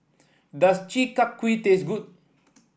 does Chi Kak Kuih taste good